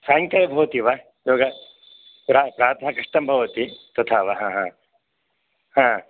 सायंकाले भवति वा योगः प्रातः कष्टं भवति तथा वा ह ह ह